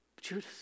Judas